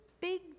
big